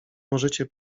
możecie